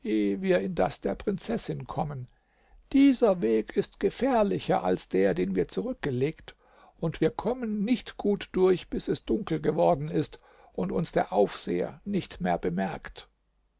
wir in das der prinzessin kommen dieser weg ist gefährlicher als der den wir zurückgelegt und wir kommen nicht gut durch bis es dunkel geworden ist und uns der aufseher nicht mehr bemerkt